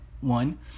One